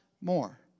more